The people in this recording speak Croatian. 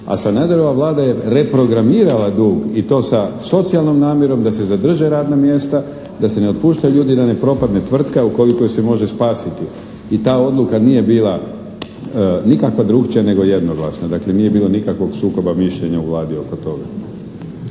a Sanaderova Vlada je reprogramirala dug i to sa socijalnom namjerom da se zadrže radna mjesta, da se ne otpuštaju ljudi da ne propadne tvrtka ukoliko ju se može spasiti. I ta odluka nije bila nikakva drukčija nego jednoglasna. Dakle, nije bilo nikakvog sukoba mišljenja u Vladi oko toga.